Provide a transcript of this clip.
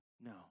No